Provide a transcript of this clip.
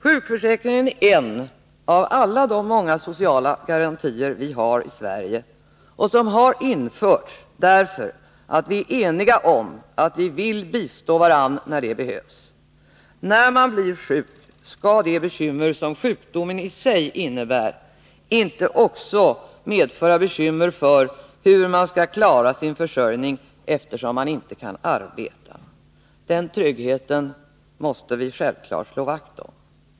Sjukförsäkringen är en av alla de många sociala garantier vi har i Sverige, och det har införts därför att vi är eniga om att vi vill bistå varandra när det behövs. När man blir sjuk, skall det bekymmer som sjukdomen i sig innebär inte medföra bekymmer också för hur man skall klara sin försörjning då man inte kan arbeta. Den tryggheten måste vi självfallet slå vakt om.